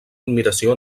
admiració